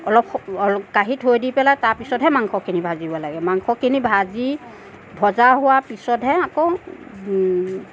অলপ কাঢ়ি থৈ দি পেলাই তাৰ পিছতহে মাংসখিনি ভাজিব লাগে মাংসখিনি ভাজি ভজা হোৱাৰ পিছতহে আকৌ